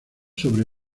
sobre